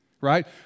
Right